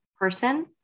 person